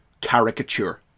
caricature